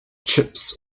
chips